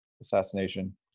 assassination